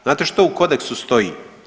Znate što u kodeksu stoji?